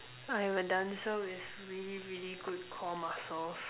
I'm a dancer with really really good core muscles